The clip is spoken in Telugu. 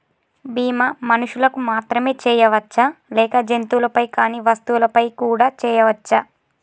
బీమా మనుషులకు మాత్రమే చెయ్యవచ్చా లేక జంతువులపై కానీ వస్తువులపై కూడా చేయ వచ్చా?